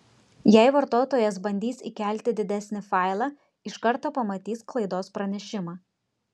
jei vartotojas bandys įkelti didesnį failą iš karto pamatys klaidos pranešimą